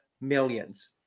millions